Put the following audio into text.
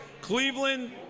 Cleveland